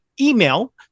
email